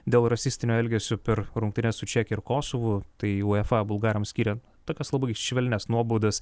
dėl rasistinio elgesio per rungtynes su čeke ir kosovu tai uefa bulgarams skiria tokias labai švelnias nuobaudas